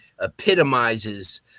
epitomizes